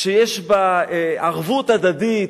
שיש בה ערבות הדדית.